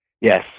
Yes